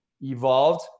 evolved